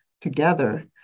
together